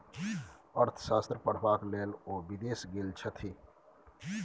अर्थशास्त्र पढ़बाक लेल ओ विदेश गेल छथि